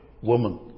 woman